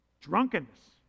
drunkenness